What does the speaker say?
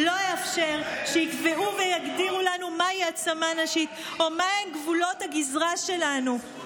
לא נאפשר שיקבעו ויגדירו לנו מהי העצמה נשית או מהם גבולות הגזרה שלנו.